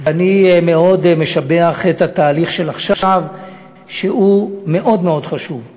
ואני מאוד משבח את התהליך של עכשיו שהוא מאוד מאוד חשוב.